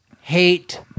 hate